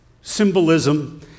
symbolism